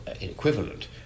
equivalent